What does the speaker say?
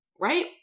right